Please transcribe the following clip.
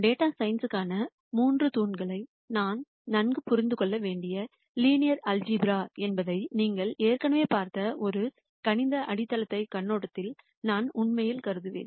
data சயின்ஸ்க்கான மூன்று தூண்கள் நாம் நன்கு புரிந்து கொள்ள வேண்டிய லீனியர் ஆல்சீப்ரா என்பதை நீங்கள் ஏற்கனவே பார்த்த ஒரு கணித அடித்தளக் கண்ணோட்டத்தில் நான் உண்மையில் கருதுவேன்